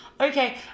okay